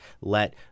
let